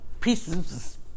pieces